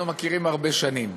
אנחנו מכירים הרבה שנים,